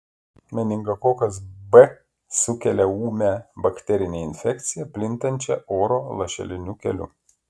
meningokokas b sukelia ūmią bakterinę infekciją plintančią oro lašeliniu keliu